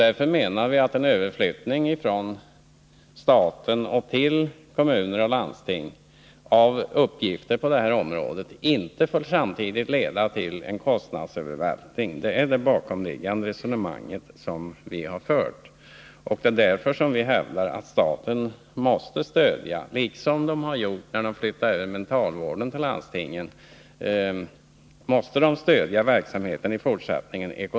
Därför anser vi att en överflyttning av uppgifter på detta område från staten till kommuner och landsting inte samtidigt får leda till en kostnadsövervältring. Det är detta resonemang som ligger bakom vår motion. Det är därför vi hävdat att staten i fortsättningen måste stödja denna verksamhet ekonomiskt på samma sätt som man gjorde när man flyttade över mentalvården till landstingen.